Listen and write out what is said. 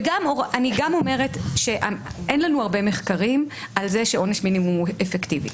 אין לנו הרבה מחקרים על זה שעונש מינימום הוא אפקטיבי.